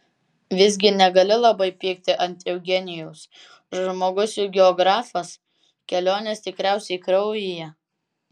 visgi negali labai pykti ant eugenijaus žmogus juk geografas kelionės tikriausiai kraujyje